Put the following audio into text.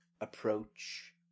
approach